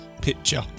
picture